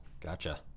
Gotcha